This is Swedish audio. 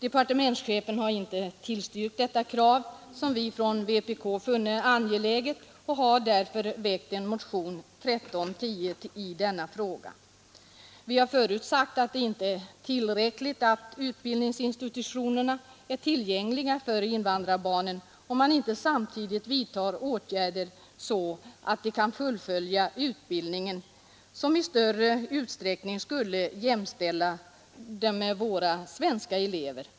Departementschefen har inte tillstyrkt detta krav. Vänsterpartiet kommunisterna har funnit kravet angeläget och har därför väckt motionen 1310 år 1973 i denna fråga. Vi har förut sagt att det inte är tillräckligt att utbildningsinstitutionerna är tillgängliga för invandrarbarnen, om man inte samtidigt vidtar åtgärder så att de kan fullfölja utbildningen, som i större utsträckning skulle göra dem jämställda med våra svenska elever.